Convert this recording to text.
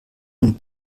und